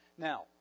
Now